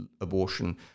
abortion